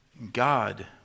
God